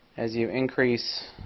as you increase